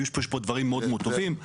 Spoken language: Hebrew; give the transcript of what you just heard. היו פה דברים מאוד-מאוד טובים.